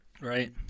Right